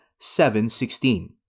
7.16